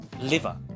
liver